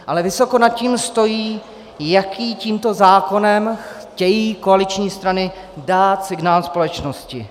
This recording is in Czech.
Ale vysoko nad tím stojí, jaký tímto zákonem chtějí koaliční strany dát signál společnosti.